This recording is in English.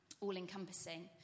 all-encompassing